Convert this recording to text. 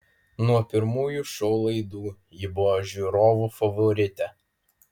nuo pirmųjų šou laidų ji buvo žiūrovų favoritė